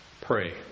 pray